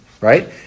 right